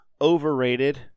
Overrated